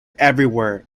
everywhere